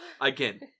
Again